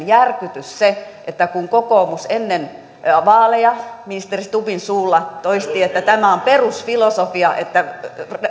järkytys se että kun kokoomus ennen vaaleja ministeri stubbin suulla toisti että tämä on perusfilosofia että